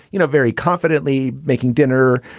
you know, very confidently making dinner.